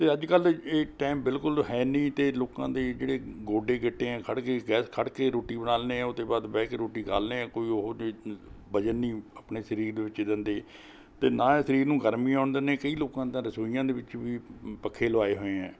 ਅਤੇ ਅੱਜ ਕੱਲ੍ਹ ਇਹ ਟਾਈਮ ਬਿਲਕੁਲ ਹੈ ਨਹੀਂ ਅਤੇ ਲੋਕਾਂ ਦੇ ਜਿਹੜੇ ਗੋਡੇ ਗਿੱਟੇ ਹੈ ਖੜ੍ਹ ਗਏ ਗੈਸ ਖੜ੍ਹ ਕੇ ਰੋਟੀ ਬਣਾ ਲੈਂਦੇ ਹਾਂ ਉਹ ਤੋਂ ਬਾਅਦ ਬਹਿ ਕੇ ਰੋਟੀ ਖਾ ਲੈਂਦੇ ਹਾਂ ਕੋਈ ਉਹ ਜੀ ਵਜ਼ਨ ਨਹੀਂ ਆਪਣੇ ਸਰੀਰ ਦੇ ਵਿੱਚ ਦਿੰਦੇ ਅਤੇ ਨਾ ਸਰੀਰ ਨੂੰ ਗਰਮੀ ਆਉਣ ਦਿੰਦੇ ਕਈ ਲੋਕਾਂ ਦਾ ਰਸੋਈਆਂ ਦੇ ਵਿੱਚ ਵੀ ਪੱਖੇ ਲਗਵਾਏ ਹੋਏ ਹੈ